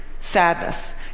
sadness